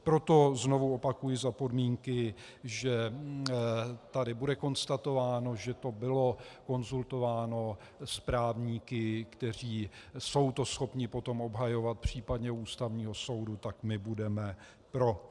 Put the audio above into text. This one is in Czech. Proto znovu opakuji za podmínky, že tady bude konstatováno, že to bylo konzultováno s právníky, kteří jsou to schopni potom obhajovat případně u Ústavního soudu, tak my budeme pro.